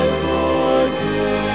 forgive